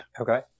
okay